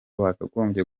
bagombye